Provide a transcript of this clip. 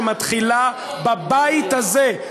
שמתחילה בבית הזה,